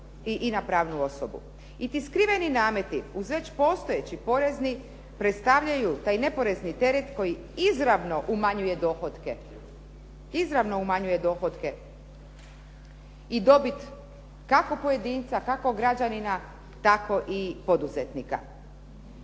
I ti skriveni nameti uz već postojeći porezni predstavljaju taj neporezni teret koji izravno umanjuje dohotke. Izravno umanjuje dohotke. I dobit kako pojedinca, kako građanina, tako i poduzetnika.